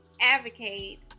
advocate